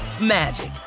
magic